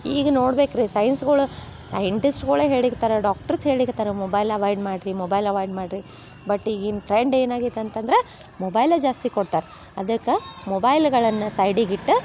ಈಗ ನೋಡ್ಬೇಕು ರೀ ಸೈನ್ಸ್ಗಳ ಸೈಂಟಿಸ್ಟ್ಗಳೇ ಹೇಳಿರ್ತಾರೆ ಡಾಕ್ಟ್ರಸ್ ಹೇಳಕ್ಕೆ ಹತ್ತಾರೆ ಮೊಬೈಲ್ ಅವಾಯ್ಡ್ ಮಾಡಿರಿ ಮೊಬೈಲ್ ಅವಾಯ್ಡ್ ಮಾಡಿರಿ ಬಟ್ ಈಗಿನ ಟ್ರೆಂಡ್ ಏನಾಗೈತೆ ಅಂತಂದ್ರೆ ಮೊಬೈಲೇ ಜಾಸ್ತಿ ಕೊಡ್ತಾರೆ ಅದಕ್ಕೆ ಮೊಬೈಲ್ಗಳನ್ನು ಸೈಡಿಗಿಟ್ಟು